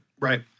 Right